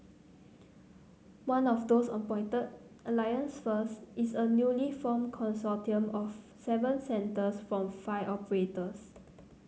one of those appointed Alliance First is a newly formed consortium of seven centres from five operators